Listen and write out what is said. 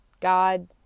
God